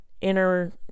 inner